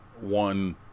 One